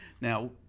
now